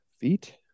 feet